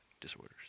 disorders